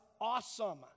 awesome